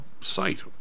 site